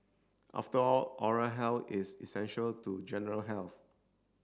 after all oral health is essential to general health